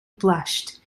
blushed